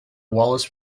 wallace